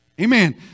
Amen